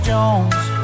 Jones